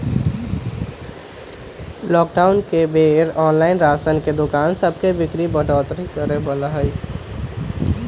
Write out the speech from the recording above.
lockdown के बेर online राशन के दोकान सभके बिक्री में बढ़ोतरी भेल हइ